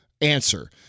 answer